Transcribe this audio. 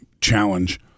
challenge